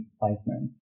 placement